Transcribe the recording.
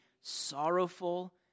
sorrowful